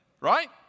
right